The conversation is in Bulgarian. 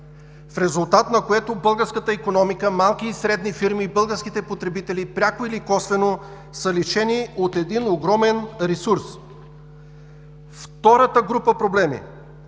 в резултат на което българската икономика, малки и средни фирми, българските потребители пряко или косвено са лишени от един огромен ресурс. Втората група проблеми.